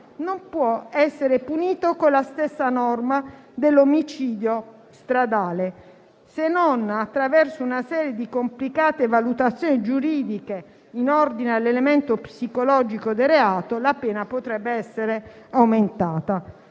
non può essere punito con la stessa norma dell'omicidio stradale, se non attraverso una serie di complicate valutazioni giuridiche in ordine all'elemento psicologico del reato, con cui la pena potrebbe essere aumentata.